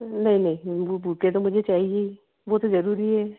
नहीं नहीं वह बुके तो चाहिए ही वह तो ज़रूरी है